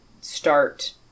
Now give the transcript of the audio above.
start